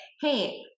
hey